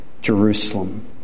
Jerusalem